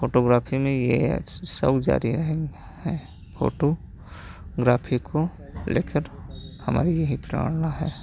photography में यह सब जारी रहेंगे हैं फ़ोटोग्राफी को लेकर हमारी यही प्रेरणा है